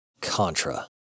Contra